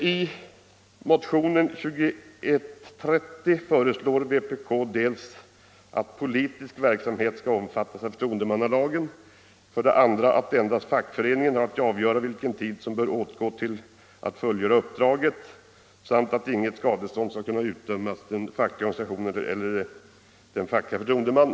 I motionen 2130 föreslår vpk att politisk verksamhet skall omfattas av förtroendemannalagen, att endast fackföreningen skall ha att avgöra vilken tid som bör åtgå för att fullgöra förtroendeuppdraget samt att inget skadestånd skall kunna ådömas facklig organisation eller facklig förtroendeman.